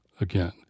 again